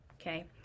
Okay